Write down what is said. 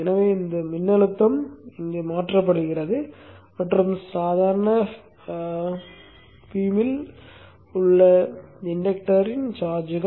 எனவே இந்த மின்னழுத்தம் இங்கு மாற்றப்படுகிறது மற்றும் சாதாரண பீமில் உள்ள இண்டக்டரின் சார்ஜ்கள்